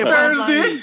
Thursday